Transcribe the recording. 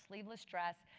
sleeveless dress.